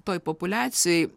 toj populiacijoj